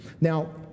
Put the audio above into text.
Now